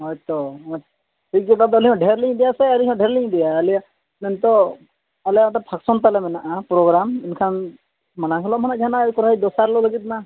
ᱦᱳᱭ ᱛᱚ ᱴᱷᱤᱠ ᱜᱮᱭᱟ ᱚᱱᱟ ᱫᱚ ᱟᱹᱞᱤᱧ ᱦᱚᱸ ᱰᱷᱮᱹᱨ ᱞᱤᱧ ᱤᱫᱤᱭᱟ ᱥᱮ ᱟᱹᱞᱤᱧ ᱦᱚᱸ ᱰᱷᱮᱹᱨ ᱞᱤᱧ ᱤᱫᱤᱭᱟ ᱟᱞᱮ ᱱᱤᱛᱚᱜ ᱟᱞᱮ ᱚᱸᱰᱮ ᱯᱷᱟᱱᱥᱚᱱ ᱛᱟᱞᱮ ᱢᱮᱱᱟᱜᱼᱟ ᱯᱨᱚᱜᱨᱟᱢ ᱮᱱᱠᱷᱟᱱ ᱢᱟᱲᱟᱝ ᱦᱤᱞᱳᱜ ᱢᱟᱱᱟᱦᱟᱜ ᱡᱟᱦᱟᱱᱟᱜ ᱠᱚᱨᱟᱣ ᱦᱩᱭᱩᱜ ᱫᱚᱥᱟᱨ ᱦᱤᱞᱳᱜ ᱞᱟᱹᱜᱤᱫ ᱢᱟ